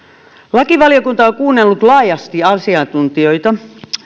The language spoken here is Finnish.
lakivaliokunta on kuunnellut laajasti asiantuntijoita